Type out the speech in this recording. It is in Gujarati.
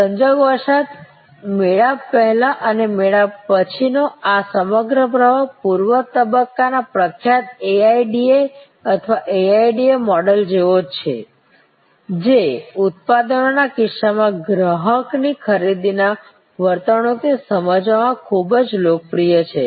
સંજોગવશાત મેળાપ પેહલા અને મેળાપ પછીનો આ સમગ્ર પ્રવાહ પૂર્વ તબક્કા ના પ્રખ્યાત AIDA અથવા AIDA મોડલ જેવો જ છે જે ઉત્પાદનોના કિસ્સામાં ગ્રાહકની ખરીદીની વર્તણૂકને સમજવામાં ખૂબ જ લોકપ્રિય છે